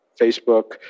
Facebook